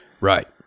Right